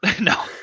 No